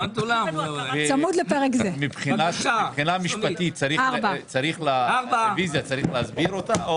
מבחינה משפטית צריך להסביר רוויזיה?